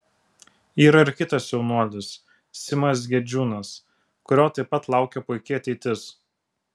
yra ir kitas jaunuolis simas gedžiūnas kurio taip pat laukia puiki ateitis